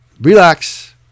Relax